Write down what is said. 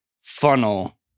funnel